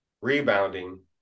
rebounding